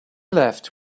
left